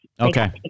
okay